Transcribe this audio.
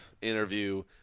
interview